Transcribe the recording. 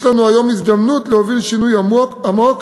יש לנו היום הזדמנות להוביל שינוי עמוק